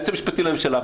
היועץ המשפטי לממשלה,